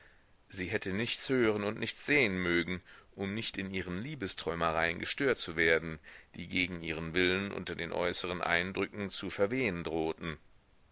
sie hätte nichts hören und nichts sehn mögen um nicht in ihren liebesträumereien gestört zu werden die gegen ihren willen unter den äußeren eindrücken zu verwehen drohten